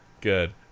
Good